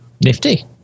nifty